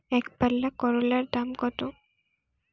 একপাল্লা করলার দাম কত?